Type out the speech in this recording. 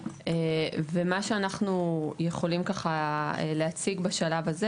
ומה שאנחנו ויכולים להציג בשלב הזה,